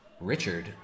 richard